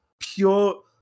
pure